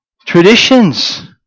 Traditions